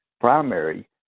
primary